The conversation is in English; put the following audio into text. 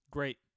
Great